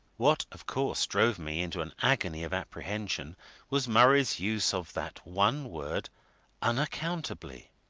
what, of course, drove me into an agony of apprehension was murray's use of that one word unaccountably.